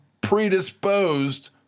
predisposed